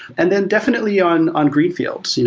and then definitely on on green fields, you know